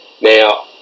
now